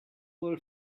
will